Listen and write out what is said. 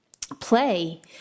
Play